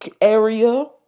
area